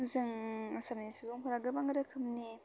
जों आसामनि सुबुंफोरा गोबां रोखोमनि